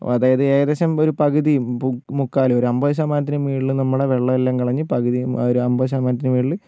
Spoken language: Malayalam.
അതായത് ഏകദേശം ഒരു പകുതിയും മുക്കാലും ഒരു അമ്പത് ശതമാനത്തിന് മുകളിൽ നമ്മുടെ വെള്ളം എല്ലാം കളഞ്ഞ് പകുതിയും ആ ഒരു അമ്പത് ശതമാനത്തിന് മുകളിൽ